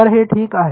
तर हे ठीक आहे